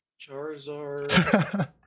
Charizard